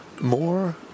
more